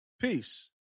Peace